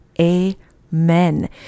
Amen